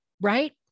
right